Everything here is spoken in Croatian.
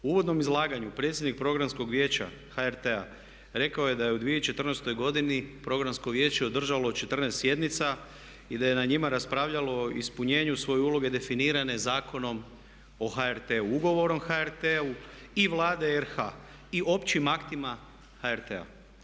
U uvodnom izlaganju predsjednik Programskog vijeća HRT-a rekao je da je u 2014. godini programsko vijeće održalo 14 sjednica i da je na njima raspravljalo o ispunjenju svoje uloge definirane Zakonom o HRT-u, Ugovorom o HRT-u i Vlade RH i općim aktima HRT-a.